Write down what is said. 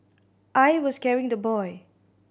I was carrying the boy